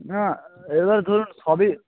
না এইবার ধরুন সবই